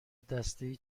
دستهای